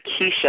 keisha